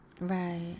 Right